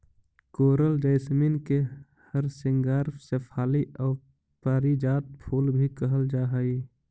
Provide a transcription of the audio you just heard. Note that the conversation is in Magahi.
कोरल जैसमिन के हरसिंगार शेफाली आउ पारिजात फूल भी कहल जा हई